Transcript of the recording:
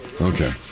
okay